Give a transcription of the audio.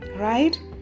right